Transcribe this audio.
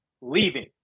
leaving